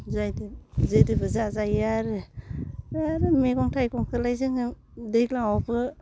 जायदो जेदोबो जाजायो आरो आरो मैगं थाइगंखौलाय जोङो दैलाङावबो